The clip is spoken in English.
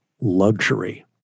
luxury